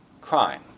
crime